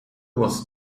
was